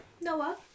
Noah